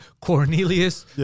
Cornelius